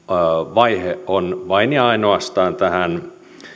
vaihe vain ja ainoastaan tähän